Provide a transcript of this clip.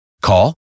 Call